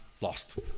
lost